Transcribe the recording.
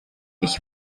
ich